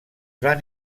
van